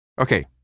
Okay